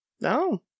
No